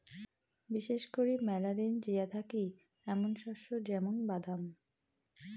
বিশেষ করি মেলা দিন জিয়া থাকি এ্যামুন শস্য য্যামুন বাদাম